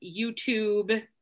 YouTube